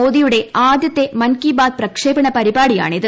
മോദിയുടെ ആദ്യത്തെ മൻ കി ബാത് പ്രക്ഷേപണ പരിപാടിയാണ് ഇത്